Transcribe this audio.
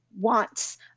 wants